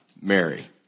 Mary